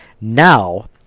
now